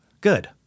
good